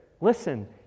listen